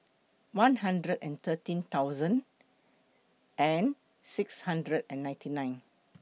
one hundred and thirteen thousand and six hundred and ninety nine